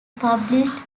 published